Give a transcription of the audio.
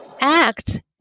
ACT